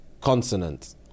consonant